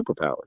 superpowers